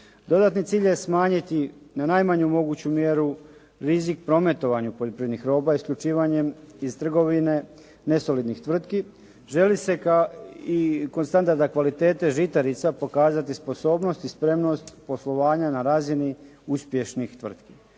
Dodatni cilj je smanjiti na najmanju moguću mjeru rizik u prometovanju poljoprivrednih roba isključivanjem iz trgovine nesolidnih tvrtki. Želi se i kod standarda kvalitete žitarica pokazati sposobnost i spremnost poslovanja na razini uspješnih tvrtki.